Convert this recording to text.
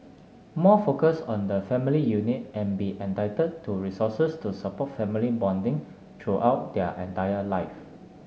more focus on the family unit and be entitled to resources to support family bonding throughout their entire life